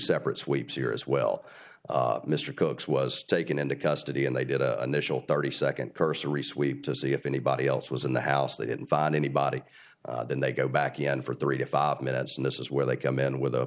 separate sweeps here as well mr coke's was taken into custody and they did a thirty second cursory sweep to see if anybody else was in the house they didn't find anybody then they go back in for three to five minutes and this is where they come in with a